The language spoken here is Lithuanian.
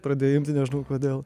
pradėjo imti nežinau kodėl